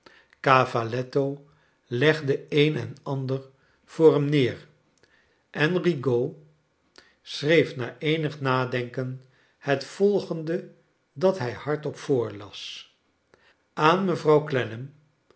cavalletto legde een en ander voor hem neer en rigaud schree na e nig nadenken het volgende dat hij hardop voorlas ja an mevrouw